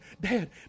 Dad